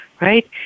right